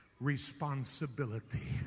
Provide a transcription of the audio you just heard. responsibility